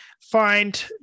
find